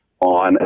on